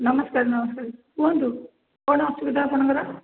ନମସ୍କାର ନମସ୍କାର କୁହନ୍ତୁ କ'ଣ ଅସୁବିଧା ଆପଣଙ୍କର